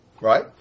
Right